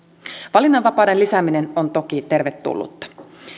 valinnanvapauden lisääminen on toki tervetullutta